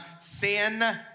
sin